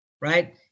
right